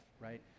right